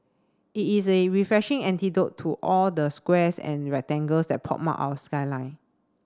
it is a refreshing antidote to all the squares and rectangles that pockmark our skyline